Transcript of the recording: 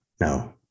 No